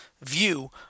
view